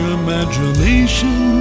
imagination